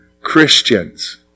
Christians